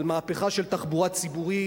על מהפכה של תחבורה ציבורית,